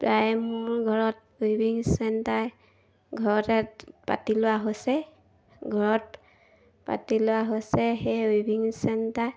প্ৰায় মোৰ ঘৰত উইভিং চেণ্টাৰ ঘৰতে পাতি লোৱা হৈছে ঘৰত পাতি লোৱা হৈছে সেই ৱিভিং চেণ্টাৰ